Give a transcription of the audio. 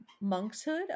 monkshood